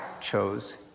chose